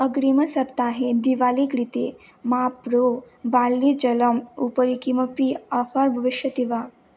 अग्रिमसप्ताहे दीपावाली कृते माप्रो बार्ली जलम् उपरि किमपि आफ़र् भविष्यति वा